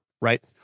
right